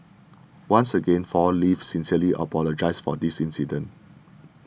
once again Four Leaves sincerely apologises for this incident